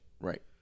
Right